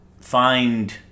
find